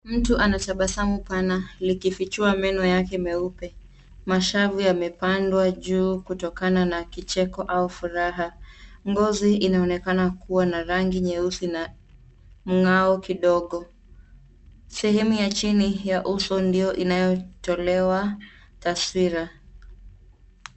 Mtu ana tabasamu pana likifichua meno yake meupe. Mashavu yamepandwa juu kutokana na kicheko au furaha. Ngozi inaonekana kuwa na rangi nyeusi na mng'ao kidogo. Sehemu ya chini ya uso ndio inayotolewa taswira.